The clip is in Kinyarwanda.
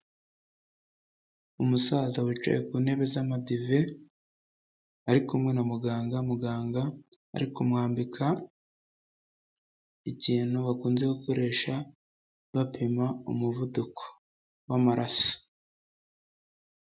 Umusaza wicaye ku ntebe z'amadive ari kumwe na muganga, muganga ari kumwambika ikintu bakunze gukoresha bapima umuvuduko w'amaraso.